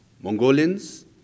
Mongolians